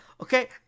Okay